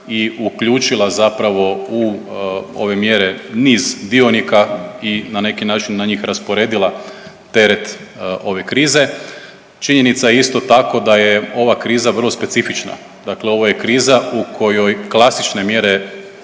i uključila zapravo u ove mjere niz dionika i na neki način na njih rasporedila teret ove krize. Činjenica je isto tako da ova kriza vrlo specifična, dakle ovo je kriza u kojoj klasične mjere